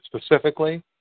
specifically